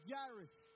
Jairus